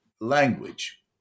language